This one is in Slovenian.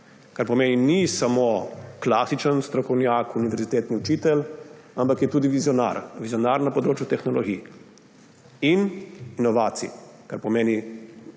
Kar pomeni, da ni samo klasičen strokovnjak, univerzitetni učitelj, ampak je tudi vizionar. Vizionar na področju tehnologij in inovacij, kar pomeni,